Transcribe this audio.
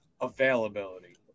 Availability